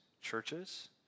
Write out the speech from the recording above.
churches